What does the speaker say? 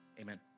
Amen